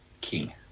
king